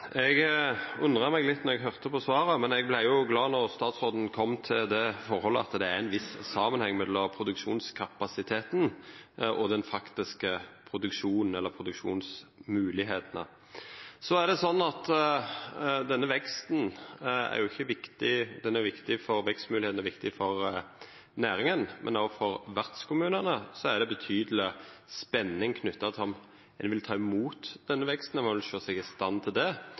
Eg undra meg litt då eg høyrde på svaret, men eg vart jo glad då statsråden kom til det forholdet at det er ein viss samanheng mellom produksjonskapasiteten og den faktiske produksjonen, eller produksjonsmoglegheitene. Vekstmoglegheitene er viktige for næringa, men òg for vertskommunane er det knytt betydeleg spenning til om ein vil ta imot denne veksten, om ein vil sjå seg i stand til det,